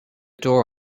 door